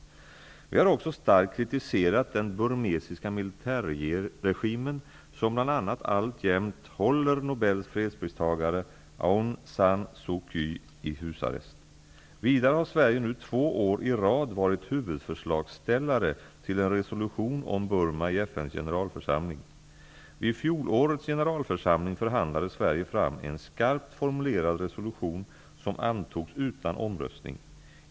Vi har också starkt kritiserat den burmesiska militärregimen som bl.a. alltjämt håller Nobels fredspristagare Aung San Suu Kyi i husarrest. Vidare har Sverige nu två år i rad varit huvudförslagsställare till en resolution om Burma i FN:s generalförsamling. Vid fjolårets generalförsamling förhandlade Sverige fram en skarpt formulerad resolution som antogs utan omröstning.